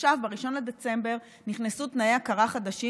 עכשיו ב-1 בדצמבר נכנסו תנאי הכרה חדשים